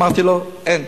אמרתי לו: אין,